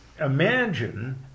imagine